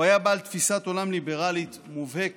הוא היה בעל תפיסת עולם ליברלית מובהקת,